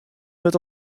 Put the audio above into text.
wurdt